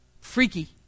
freaky